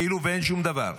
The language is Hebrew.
כאילו אין שום דבר.